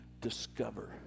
discover